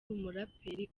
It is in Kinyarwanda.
umuraperi